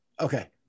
Okay